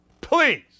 Please